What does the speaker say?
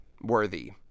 worthy